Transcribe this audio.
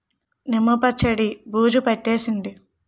నిమ్మ పచ్చడి బూజు పట్టేసింది